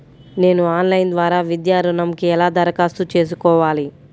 నేను ఆన్లైన్ ద్వారా విద్యా ఋణంకి ఎలా దరఖాస్తు చేసుకోవాలి?